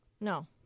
No